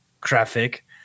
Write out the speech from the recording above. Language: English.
graphic